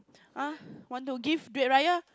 ah want to give red raya